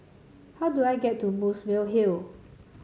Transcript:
how do I get to Muswell Hill